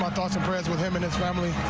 but as with him and his family.